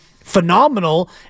phenomenal